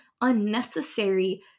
unnecessary